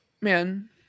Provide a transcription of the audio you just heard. Man